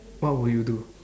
what would you do